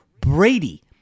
Brady